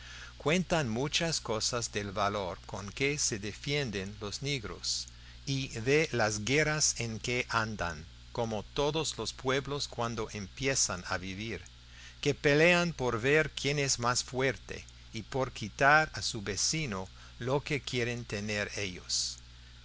cuentan muchas cosas del valor con que se defienden los negros y de las guerras en que andan como todos los pueblos cuando empiezan a vivir que pelean por ver quién es más fuerte o por quitar a su vecino lo que quieren tener ellos